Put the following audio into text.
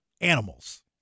Animals